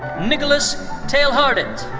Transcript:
nicolas tailhardat.